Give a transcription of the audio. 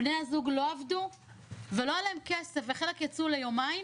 בני הזוג לא עבדו ולא היה להם כסף וחלק יצאו ליומיים